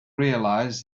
realise